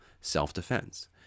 self-defense